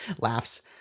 laughs